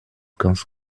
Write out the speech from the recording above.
ganz